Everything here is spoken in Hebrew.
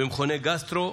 במכוני גסטרו,